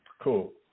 Cool